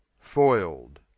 foiled